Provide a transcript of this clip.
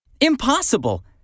Impossible